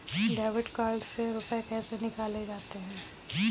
Debit card से रुपये कैसे निकाले जाते हैं?